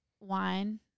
wine